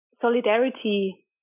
solidarity